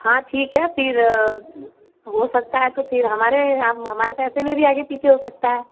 हाँ ठीक है फिर हो सकता है तो फिर हमारे आ हमारे पैसे में भी आगे पीछे हो सकता है